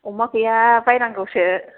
अमा गैया बायनांगौसो